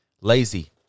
Lazy